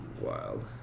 wild